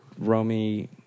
Romy